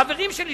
חברים שלי,